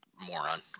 moron